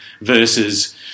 versus